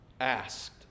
asked